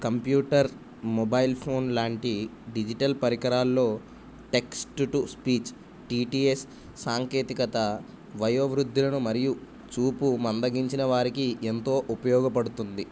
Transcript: computer mobile phone లాంటి డిజిటల్ పరికరాల్లో టెక్స్ట్ టు స్పీచ్ టిటిఎస్ సాంకేతికత వయోవృద్ధులను మరియు చూపు మందగించిన వారికి ఎంతో ఉపయోగపడుతుంది